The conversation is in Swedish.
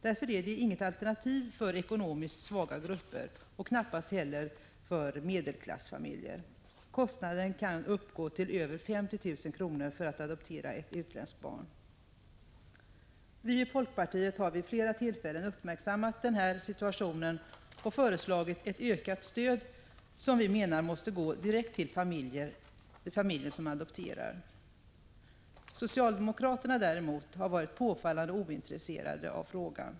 Därför är det inget alternativ för ekonomiskt svaga grupper och knappast heller för medelklassfamiljer. Kostnaden för att adoptera ett utländskt barn kan uppgå till över 50 000 kr. Vi i folkpartiet har vid flera tillfällen uppmärksammat denna situation och föreslagit ett ökat stöd, som vi menar måste gå direkt till familjen som adopterar. Socialdemokraterna har däremot varit påfallande ointresserade av frågan.